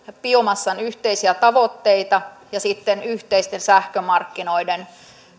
biomassan yhteisiä tavoitteita ja sitten yhteisten sähkömarkkinoiden